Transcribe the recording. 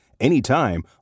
anytime